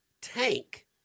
tank